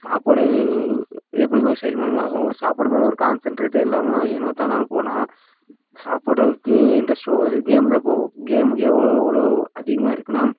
சாப்பாடு எப்படி போய் செரிமானம் ஆகும் சாப்பாடு மேலே ஒரு கான்சன்ட்ரேட்டே இல்லாமல் ஏனோ தானோனு போனால் சாப்புடதற்கு இண்ட்ரெஸ்ட் போகாது கேம்ல போகும் கேம்க்கு எவ்வளோ எவ்வளோ அதிகமாக இருக்குதுனா